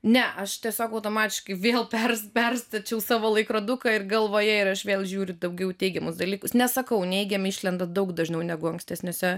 ne aš tiesiog automatiškai vėl perstačiau savo laikroduką galvoje ir aš vėl žiūriu daugiau į teigiamus dalykus nesakau neigiami išlenda daug dažniau negu ankstesniuose